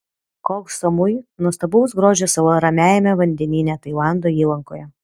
koh samui nuostabaus grožio sala ramiajame vandenyne tailando įlankoje